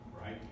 right